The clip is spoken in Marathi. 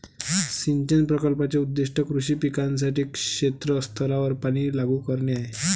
सिंचन प्रकल्पाचे उद्दीष्ट कृषी पिकांसाठी क्षेत्र स्तरावर पाणी लागू करणे आहे